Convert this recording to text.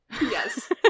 Yes